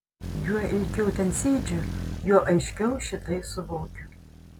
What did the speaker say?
juo ilgiau ten sėdžiu juo aiškiau šitai suvokiu